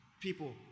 people